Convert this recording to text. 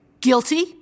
guilty